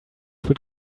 would